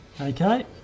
Okay